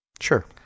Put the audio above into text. Sure